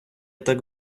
так